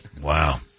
Wow